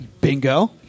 Bingo